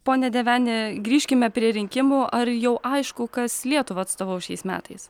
pone deveni grįžkime prie rinkimų ar jau aišku kas lietuvą atstovaus šiais metais